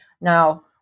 Now